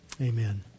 Amen